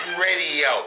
Radio